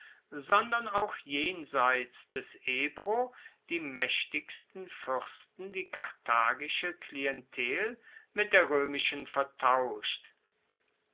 sondern auch jenseits des ebro die maechtigsten fuersten die karthagische klientel mit der roemischen vertauscht